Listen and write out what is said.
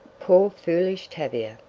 poor foolish tavia!